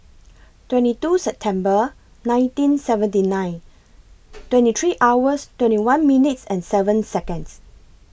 twenty two September nineteen seventy nine twenty three hours twenty one minutes and seven Seconds